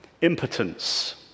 Impotence